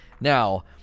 Now